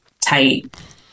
tight